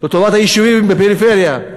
לטובת היישובים בפריפריה.